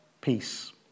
peace